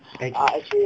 act~